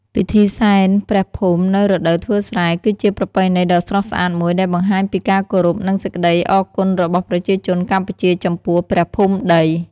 ពិធីសែនព្រះភូមិនៅរដូវធ្វើស្រែគឺជាប្រពៃណីដ៏ស្រស់ស្អាតមួយដែលបង្ហាញពីការគោរព និងសេចក្ដីអរគុណរបស់ប្រជាជនកម្ពុជា ចំពោះព្រះភូមិដី។